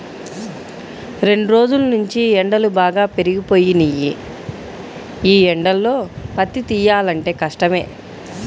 రెండ్రోజుల్నుంచీ ఎండలు బాగా పెరిగిపోయినియ్యి, యీ ఎండల్లో పత్తి తియ్యాలంటే కష్టమే